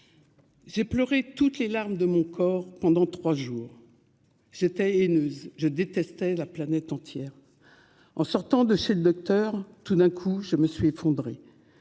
J'ai pleuré toutes les larmes de mon corps pendant trois jours. »;« J'étais haineuse, je détestais la planète entière. »;« En sortant de chez le docteur, tout d'un coup, je me suis effondrée.